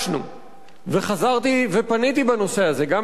וחזרתי ופניתי בנושא הזה גם לראש הממשלה,